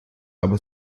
aber